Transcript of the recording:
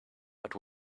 but